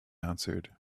answered